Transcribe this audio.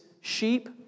sheep